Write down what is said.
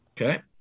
Okay